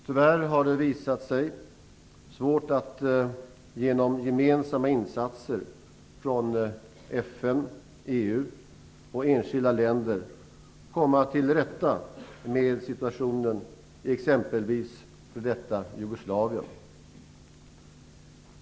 Tyvärr har det visat sig svårt att genom gemensamma insatser från FN, EU och enskilda länder komma till rätta med situationen i exempelvis f.d. Jugoslavien.